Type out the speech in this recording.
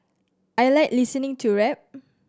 I like listening to rap